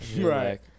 Right